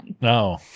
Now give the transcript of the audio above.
No